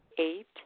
Eight